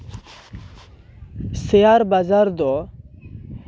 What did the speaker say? share ᱵᱟᱡᱟᱨ ᱫᱚ